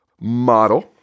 model